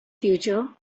future